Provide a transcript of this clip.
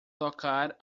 tocar